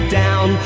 down